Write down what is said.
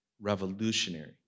Revolutionary